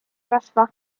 rasva